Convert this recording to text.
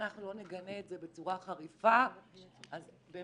ואנחנו לא נגנה את זה בצורה חריפה אז באמת,